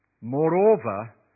moreover